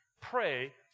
pray